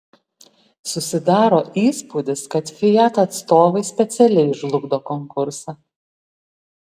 susidaro įspūdis kad fiat atstovai specialiai žlugdo konkursą